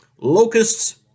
locusts